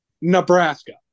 Nebraska